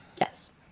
yes